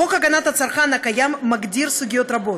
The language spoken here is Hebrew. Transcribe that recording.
חוק הגנת הצרכן הקיים מגדיר סוגיות רבות,